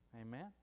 Amen